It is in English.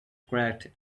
cracked